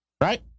right